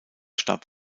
starb